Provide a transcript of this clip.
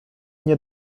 nie